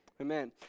Amen